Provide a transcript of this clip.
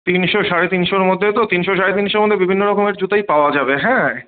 তিনশো সাড়ে তিনশোর মধ্যে তো তিনশো সাড়ে তিনশোর মধ্যে বিভিন্ন রকমের জুতোই পাওয়া যাবে হ্যাঁ